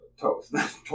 toast